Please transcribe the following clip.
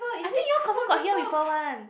I think you all confirm got hear before one